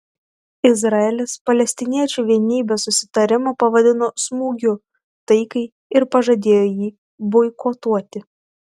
izraelis palestiniečių vienybės susitarimą pavadino smūgiu taikai ir pažadėjo jį boikotuoti